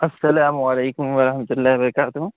السلام علیکم ورحمۃ اللہ وبرکاتہ